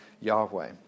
Yahweh